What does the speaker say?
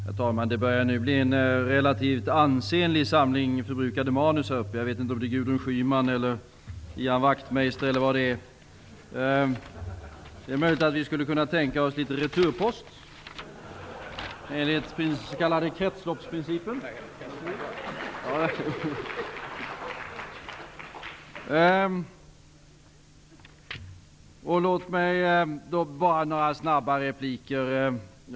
Herr talman! Det börjar nu bli en relativt ansenlig samling förbrukade manus här uppe i talarstolen. Jag vet inte om de är Gudrun Schymans eller Ian Wachtmeisters eller vems de är. Det är möjligt att vi skulle kunna tänka oss litet returpost enligt den s.k. kretsloppsprincipen.